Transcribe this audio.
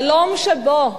חלום שבו